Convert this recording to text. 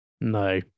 No